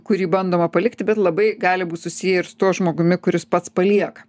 kurį bandoma palikti bet labai gali būt susiję ir su tuo žmogumi kuris pats palieka